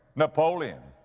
napoleon,